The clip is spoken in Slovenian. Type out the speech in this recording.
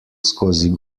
skozi